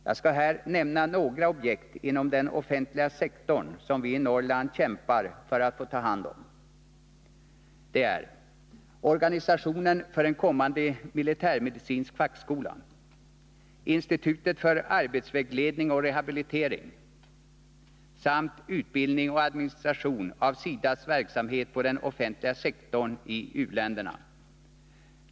Jag skall här nämna några objekt inom den offentliga sektorn, som vi i Norrland kämpar för att få ta hand om: organisationen för en kommande militärmedicinsk fackskola, institutet för arbetsvägledning och rehabilitering samt utbildning och administration av SIDA:s verksamhet på den offentliga sektorn i u-länderna.